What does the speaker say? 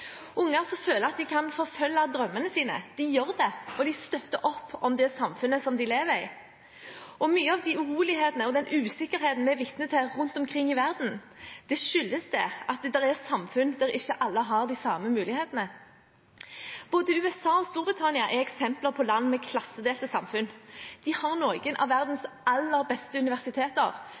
som føler at de kan forfølge drømmene sine, gjør det, og de støtter opp om det samfunnet som de lever i. Mye av de urolighetene og den usikkerheten vi er vitne til rundt omkring i verden, skyldes at det er samfunn der ikke alle har de samme mulighetene. Både USA og Storbritannia er eksempler på land med klassedelte samfunn. De har noen av verdens aller beste universiteter,